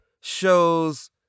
shows